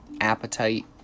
appetite